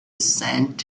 sent